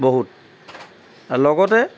বহুত লগতে